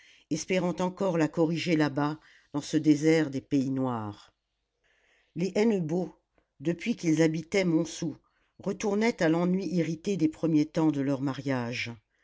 espérant encore la corriger là-bas dans ce désert des pays noirs les hennebeau depuis qu'ils habitaient montsou retournaient à l'ennui irrité des premiers temps de leur mariage